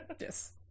Yes